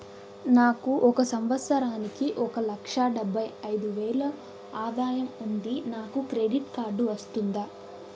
నాకు ఒక సంవత్సరానికి ఒక లక్ష డెబ్బై అయిదు వేలు ఆదాయం ఉంది నాకు క్రెడిట్ కార్డు వస్తుందా?